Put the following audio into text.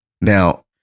Now